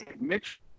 Mitch